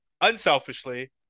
unselfishly